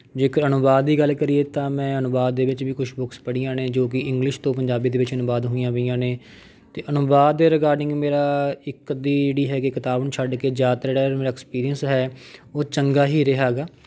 ਜੇਕਰ ਅਨੁਵਾਦ ਦੀ ਗੱਲ ਕਰੀਏ ਤਾਂ ਮੈਂ ਅਨੁਵਾਦ ਦੇ ਵਿੱਚ ਵੀ ਕੁਛ ਬੁੱਕਸ ਪੜ੍ਹੀਆਂ ਨੇ ਜੋ ਕਿ ਇੰਗਲਿਸ਼ ਤੋਂ ਪੰਜਾਬੀ ਦੇ ਵਿੱਚ ਅਨੁਵਾਦ ਹੋਈਆਂ ਪਈਆਂ ਨੇ ਅਤੇ ਅਨੁਵਾਦ ਦੇ ਰਿਗਾਡਿੰਗ ਮੇਰਾ ਇੱਕ ਦੀ ਜਿਹੜੀ ਹੈਗੀ ਕਿਤਾਬ ਉਹਨੂੰ ਛੱਡ ਕੇ ਜ਼ਿਆਦਾਤਰ ਜਿਹੜਾ ਮੇਰਾ ਐਕਸਪੀਰੀਅੰਸ ਹੈ ਉਹ ਚੰਗਾ ਹੀ ਰਿਹਾ ਹੈਗਾ